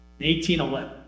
1811